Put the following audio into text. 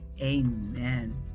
Amen